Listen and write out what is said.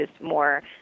more